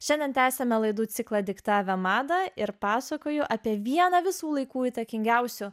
šiandien tęsiame laidų ciklą diktavę madą ir pasakoju apie vieną visų laikų įtakingiausių